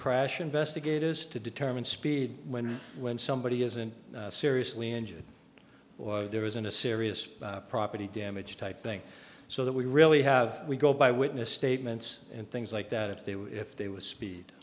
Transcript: crash investigators to determine speed when when somebody isn't seriously injured or there isn't a serious property damage type thing so that we really have we go by witness statements and things like that if they were if they were a speed